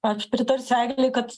aš pritarsiu eglei kad